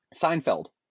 Seinfeld